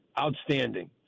Outstanding